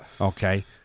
Okay